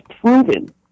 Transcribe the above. proven